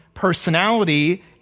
personality